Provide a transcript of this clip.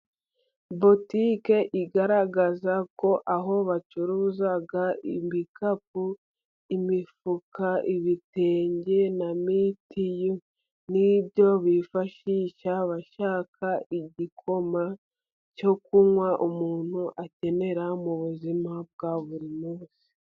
Botike igaragaza ko aho bacuruza ibikapu, imifuka, ibitenge, na mitiyu, n'ibyo bifashisha bashaka igikoma cyo kunywa, umuntu akenera mu buzima bwa buri munsi.